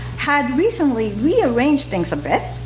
had recently rearranged things a bit